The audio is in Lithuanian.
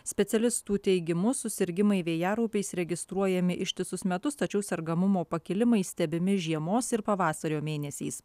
specialistų teigimu susirgimai vėjaraupiais registruojami ištisus metus tačiau sergamumo pakilimai stebimi žiemos ir pavasario mėnesiais